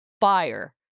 fire